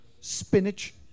Spinach